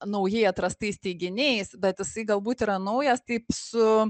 naujai atrastais teiginiais bet jisai galbūt yra naujas taip su